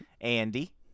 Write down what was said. Andy